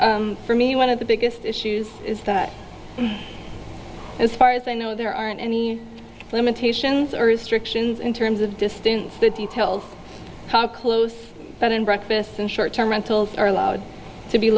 for me one of the biggest issues is that as far as i know there aren't any limitations or restrictions in terms of distance the details how close but in breakfasts and short term rentals are allowed to be